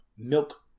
Milk